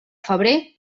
febrer